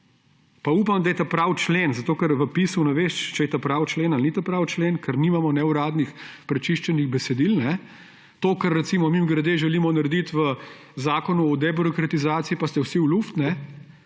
upam, da je pravi člen, zato ker v dopisu ne veš, če je pravi člen ali ni pravi člen, ker nimamo neuradnih prečiščenih besedil. To, kar – recimo mimogrede – želimo narediti v Zakonu o debirokratizaciji, pa ste vsi v luftu,